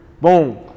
Boom